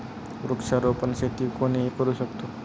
वृक्षारोपण शेती कोणीही करू शकतो